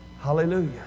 Hallelujah